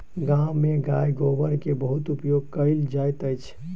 गाम में गाय गोबर के बहुत उपयोग कयल जाइत अछि